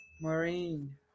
Maureen